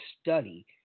study